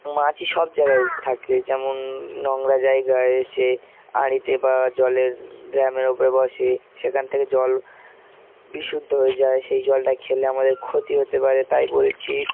মাছি সব জায়গায় থাকে যেমন নোংরা জায়গায় এসে হাড়িতে বা জলের ড্র্যামের ওপরে বসে সেখান থেকে জল বিশুদ্ধ হয়ে যায় সেই জলটা খেলে আমাদের ক্ষতি হতে পারে তাই বলছি